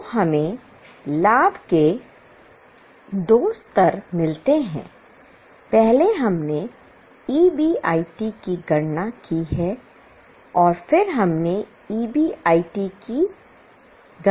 तो हमें लाभ के दो स्तर मिलते हैं पहले हमने EBIT की गणना की है और फिर हमने EBT की गणना की है